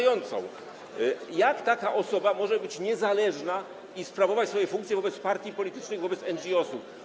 Jak taka osoba może być niezależna i sprawować swoje funkcje wobec partii politycznych, wobec NGOs?